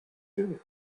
you